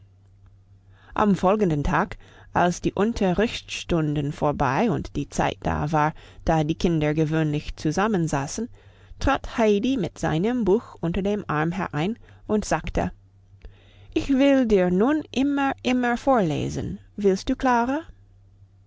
am folgenden tag als die unterrichtsstunden vorbei und die zeit da war da die kinder gewöhnlich zusammensaßen trat heidi mit seinem buch unter dem arm herein und sagte ich will dir nun immer immer vorlesen willst du klara